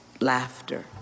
laughter